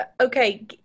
Okay